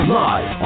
live